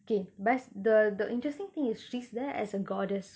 K but the the interesting thing is she's there as a goddess